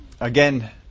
Again